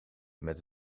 met